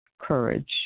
courage